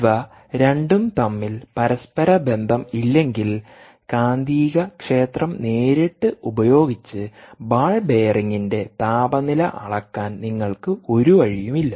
ഇവ രണ്ടും തമ്മിൽ പരസ്പര ബന്ധമില്ലെങ്കിൽ കാന്തികക്ഷേത്രം നേരിട്ട് ഉപയോഗിച്ച് ബോൾ ബെയറിംഗിന്റെ താപനില അളക്കാൻ നിങ്ങൾക്ക് ഒരു വഴിയുമില്ല